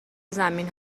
زمین